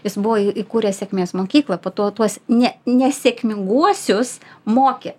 jis buvo į įkūręs sėkmės mokyklą po to tuos ne nesėkminguosius mokė